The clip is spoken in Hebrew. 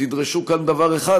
תדרשו כאן דבר אחד,